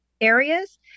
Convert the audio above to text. areas